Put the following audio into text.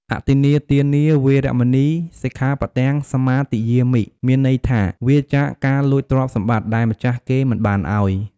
អទិន្នាទានា វេរមណី សិក្ខាបទំ សមាទិយាមិ មានន័យថា វៀរចាកការលួចទ្រព្យសម្បត្តិដែលម្ចាស់គេមិនបានឲ្យ។